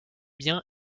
biens